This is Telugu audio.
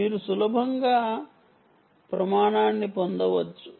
మీరు సులభంగా ప్రమాణాన్ని పొందవచ్చు